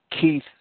Keith